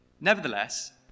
Nevertheless